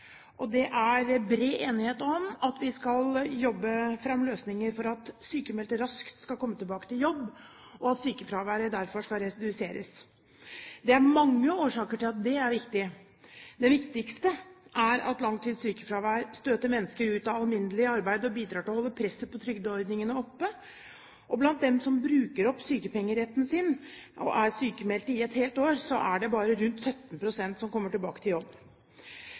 høyt. Det er bred enighet om at vi skal jobbe fram løsninger for at sykmeldte raskt skal komme tilbake til jobb, og at sykefraværet derfor skal reduseres. Det er mange årsaker til at det er viktig. Det viktigste er at langtidssykefravær støter mennesker ut av alminnelig arbeid og bidrar til å holde presset på trygdeordningene oppe. Blant dem som bruker opp sykepengeretten sin og er sykmeldte et helt år, så er det bare rundt 17 pst. som kommer tilbake til jobb.